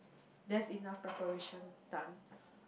that's enough preparation done